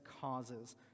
causes